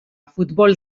futbol